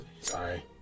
Sorry